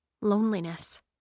Loneliness